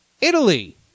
Italy